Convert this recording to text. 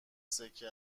سکه